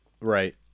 Right